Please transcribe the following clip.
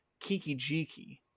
Kikijiki